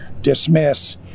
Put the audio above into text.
dismiss